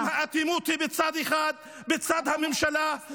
בינתיים האטימות היא בצד אחד, בצד הממשלה.